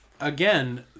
Again